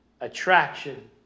attraction